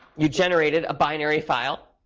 you generated a binary file.